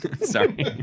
Sorry